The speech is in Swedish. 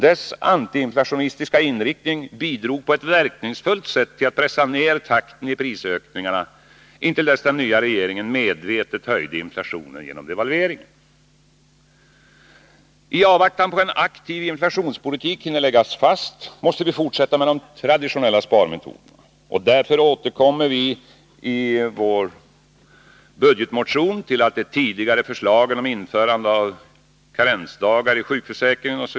Dess antiinflationistiska inriktning bidrog på ett verkningsfullt sätt till att pressa ner takten i prisökningarna intill dess att den nya regeringen medvetet höjde inflationen genom devalveringen. I avvaktan på att en aktiv antiinflationspolitik hinner läggas fast måste vi fortsätta med traditionella sparmetoder. Därför återkommer centern i sin budgetmotion bl.a. till det tidigare förslaget om införande av karensdagar i sjukförsäkringen.